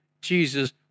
Jesus